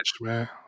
man